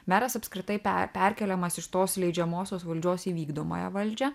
meras apskritai pe perkeliamas iš tos leidžiamosios valdžios į vykdomąją valdžią